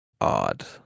odd